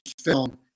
film